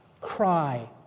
Cry